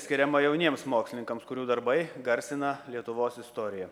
skiriama jauniems mokslininkams kurių darbai garsina lietuvos istoriją